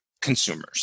consumers